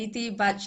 הייתי בת ...